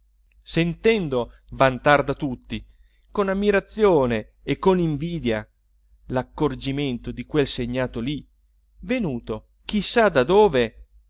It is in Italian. sentendo vantar da tutti con ammirazione e con invidia l'accorgimento di quel segnato lì venuto chi sa da dove